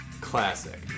classic